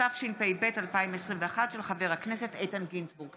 התשפ"ב 2021, של חבר הכנסת איתן גינזבורג.